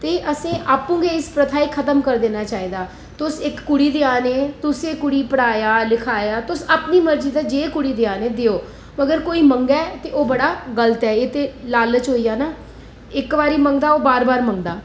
ते असें आपूं गै इस प्रथा गी खत्म करी देना चाहिदा तुस इक कुड़ी देआ ने तुसें कुड़ी गी पढ़ाया लिखाया तुस अपनी मर्जी कन्नै जियां कुड़ी देआ ने देओ मगर कोई मंगै ते ओह् बड़ा गल्त ऐ एह् ते लालच होई गेआ ना इक बारी मंगै ओह् बार बार मंगदा